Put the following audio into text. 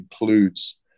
includes